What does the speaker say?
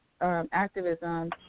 activism